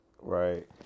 right